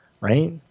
right